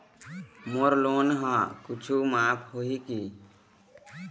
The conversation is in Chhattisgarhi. मोर लोन हा कुछू माफ होही की?